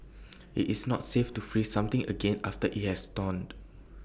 IT is not safe to freeze something again after IT has thawed